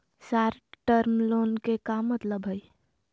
Short term loan के का मतलब हई?